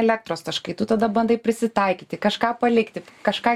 elektros taškai tu tada bandai prisitaikyti kažką palikti kažką